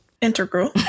integral